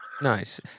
Nice